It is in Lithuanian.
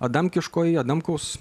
adamkiškoji adamkaus